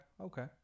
Okay